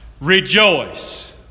rejoice